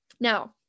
now